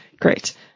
great